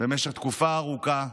במשך תקופה ארוכה,